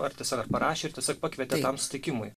ar tiesiog parašė ir tiesiog pakvietė tam sutikimui